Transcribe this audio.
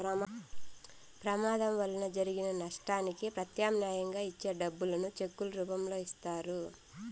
ప్రమాదం వలన జరిగిన నష్టానికి ప్రత్యామ్నాయంగా ఇచ్చే డబ్బులను చెక్కుల రూపంలో ఇత్తారు